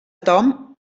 tom